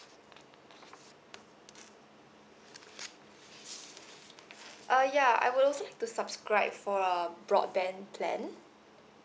uh ya I would also like to subscribe for a broadband plan